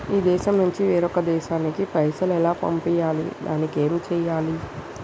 ఈ దేశం నుంచి వేరొక దేశానికి పైసలు ఎలా పంపియ్యాలి? దానికి ఏం చేయాలి?